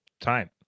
time